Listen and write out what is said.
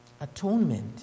Atonement